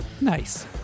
Nice